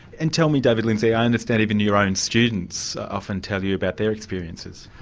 and tell me, david lindsay, i understand even your own students often tell you about their experiences.